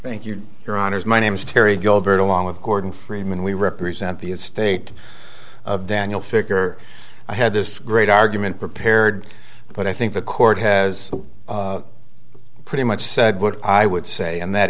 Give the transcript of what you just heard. is my name is terry gilberto along with gordon freeman we represent the estate of daniel figure i had this great argument prepared but i think the court has pretty much said what i would say and that